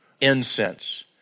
incense